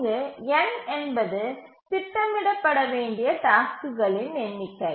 இங்கு n என்பது திட்டமிடப்பட வேண்டிய டாஸ்க்குகளின் எண்ணிக்கை